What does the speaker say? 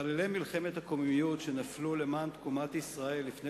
חללי מלחמת הקוממיות שנפלו למען תקומת ישראל לפני